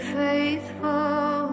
faithful